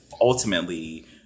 ultimately